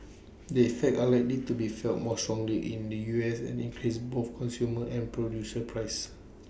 the effects are likely to be felt more strongly in the U S and increase both consumer and producer prices